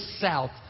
south